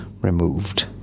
removed